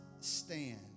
stand